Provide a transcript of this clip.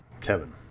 Kevin